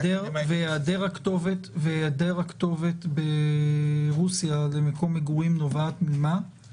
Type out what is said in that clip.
היעדר הכתובת ברוסיה כמקום מגורים, ממה הוא נובע?